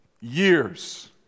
years